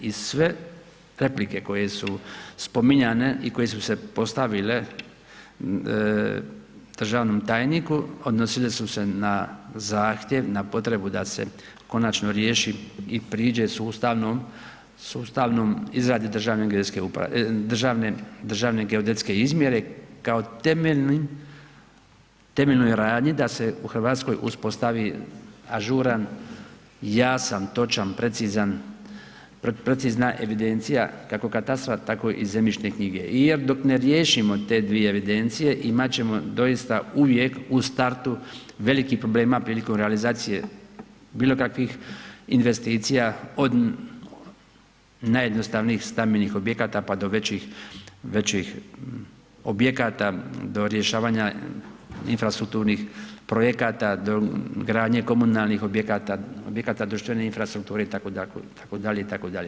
I sve replike koju su spominjane i koje su se postavile državnom tajniku odnosile su se na zahtjev na potrebu da se konačno riješi i priđe sustavnoj izradi državne geodetske izmjere kao temeljnoj radnji da se u Hrvatskoj uspostavi ažuran, jasan, točan, precizna evidencija kako katastra tako i zemljišne knjige jer dok ne riješimo te dvije evidencije, imat ćemo doista uvijek u startu velikih problema prilikom realizacije bilokakvih investicija od najjednostavnijih stambenih objekata pa do većih, većih objekata do rješavanja infrastrukturnih projekata, do gradnje komunalnih objekata, objekata društvene infrastrukture itd., itd.